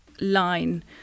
line